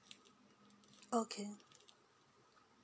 okay